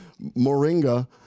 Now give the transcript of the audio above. moringa